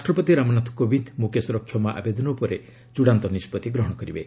ରାଷ୍ଟ୍ରପତି ରାମନାଥ କୋବିନ୍ଦ ମୁକେଶର କ୍ଷମା ଆବେଦନ ଉପରେ ଚୂଡ଼ାନ୍ତ ନିଷ୍କଭି ଗ୍ରହଣ କରିବେ